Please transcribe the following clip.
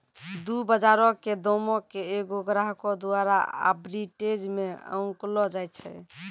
दु बजारो के दामो के एगो ग्राहको द्वारा आर्बिट्रेज मे आंकलो जाय छै